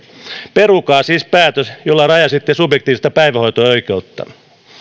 perukaa siis päätös jolla rajasitte subjektiivista päivähoito oikeutta